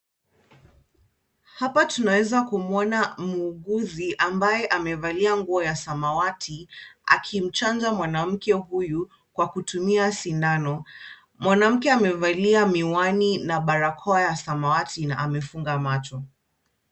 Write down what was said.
Hapa tunaweza kumwona muuguzi ambaye amevalia nguo ya samawati, akimchanja mwanamke huyu kwa kutumia sindano. Mwanamke amevalia miwani na barakoa ya samawati na amefunga macho.